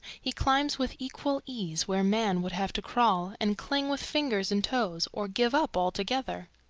he climbs with equal ease where man would have to crawl and cling with fingers and toes, or give up altogether.